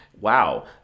Wow